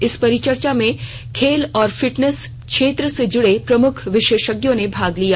इस परिचर्चा में खेल और फिटनेस क्षेत्र से जुड़े प्रमुख विशेषज्ञों ने भाग लिया